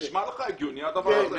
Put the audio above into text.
זה נשמע לך הגיוני הדבר הזה?